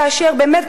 כאשר באמת,